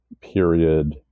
period